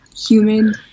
Humid